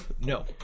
No